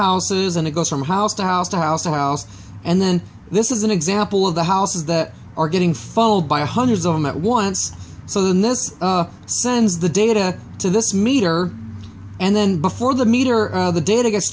houses and it goes from house to house to house to house and then this is an example of the houses that are getting followed by hundreds of them at once so this sends the data to this meter and then before the meter of the data gets